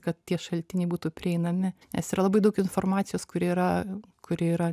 kad tie šaltiniai būtų prieinami nes yra labai daug informacijos kuri yra kuri yra